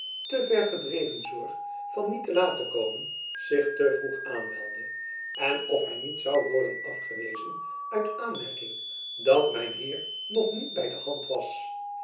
te ver gedreven zorg van niet te laat te komen zich te vroeg aanmeldde en of hy niet zoû worden afgewezen uit aanmerking dat mijn heer nog niet by de hand was